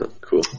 Cool